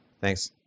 Thanks